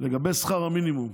לגבי שכר המינימום,